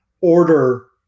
order